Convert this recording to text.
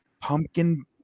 Pumpkin